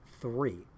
three